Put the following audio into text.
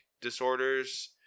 Disorders